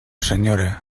senyora